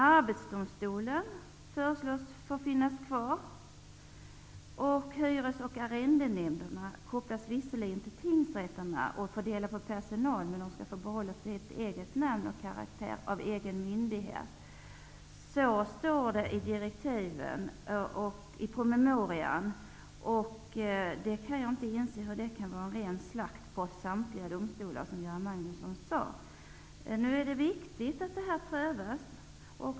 Arbetsdomstolen föreslås få finnas kvar, hyres och arrendenämnderna föreslås visserligen kopplas till tingsrätterna och dela deras personal, men de skall få behålla sitt namn och sin karaktär av egen myndighet. Så står det i promemorian. Jag kan inte inse hur det kan innebära slakt på samtliga specialdomstolar, som Göran Magnusson påstår. Nu är det viktigt att förslaget prövas.